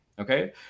okay